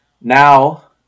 Now